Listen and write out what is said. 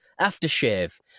aftershave